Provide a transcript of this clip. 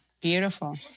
Beautiful